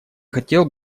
хотел